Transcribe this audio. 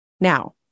Now